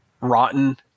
rotten